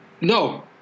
No